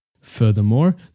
Furthermore